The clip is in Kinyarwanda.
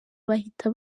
bahita